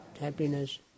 happiness